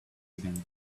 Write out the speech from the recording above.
again